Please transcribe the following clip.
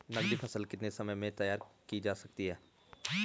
नगदी फसल कितने समय में तैयार की जा सकती है?